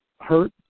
hurt